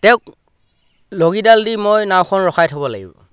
তেওঁক লগিডাল দি মই নাওখন ৰখাই থ'ব লাগিব